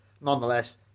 nonetheless